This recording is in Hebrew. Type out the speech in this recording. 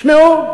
תשמעו,